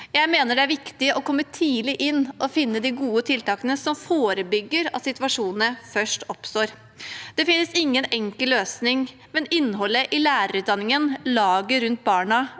Jeg mener det er viktig å komme tidlig inn og finne de gode tiltakene som forebygger at situasjonene oppstår. Det finnes ingen enkel løsning, men innholdet i lærerutdanningen, laget